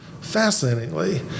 fascinatingly